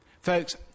Folks